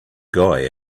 guy